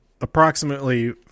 Approximately